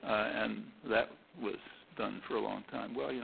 and that was done for a long time. well, yeah